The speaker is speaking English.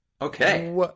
Okay